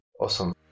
Awesome